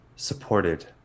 Supported